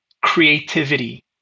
creativity